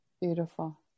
Beautiful